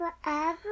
forever